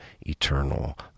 eternal